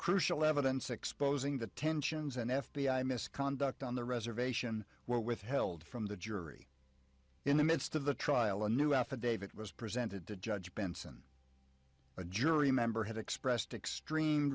crucial evidence exposing the tensions and f b i misconduct on the reservation were withheld from the jury in the midst of the trial a new affidavit was presented to judge benson a jury member had expressed extreme